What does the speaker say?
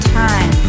time